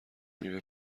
میوه